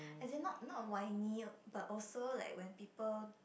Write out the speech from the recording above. as is not not whiny but also like when people